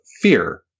fear